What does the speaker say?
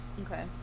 Okay